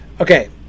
okay